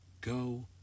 Go